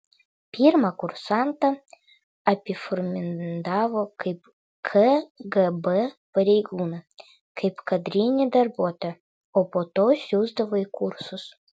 pirma kursantą apiformindavo kaip kgb pareigūną kaip kadrinį darbuotoją o po to siųsdavo į kursus